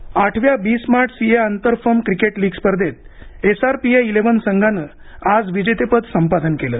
cricket आठव्या B smart CA आंतर firm cricket league स्पर्धेत एसआरपीए इलेव्हन संघानं आज विजेतेपद संपादन केलं